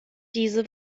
diese